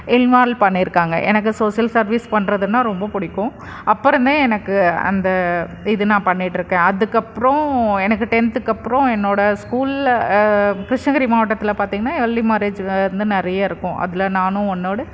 involve பண்ணியிருக்காங்க எனக்கு social service பண்ணுறதுன்னா ரொம்ப பிடிக்கும் அப்புறந்தேன் எனக்கு அந்த இது நான் பண்ணிட்டிருக்கேன் அதுக்கு அப்றம் எனக்கு டென்த்க்கு அப்றம் என்னோட ஸ்கூலில் கிருஷ்ணகிரி மாவட்டத்தில் பார்த்திங்ன்னா ஏர்லி மேரேஜ் வந்து நிறய இருக்கும் அதில் நானும் ஒன்னோடு